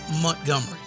Montgomery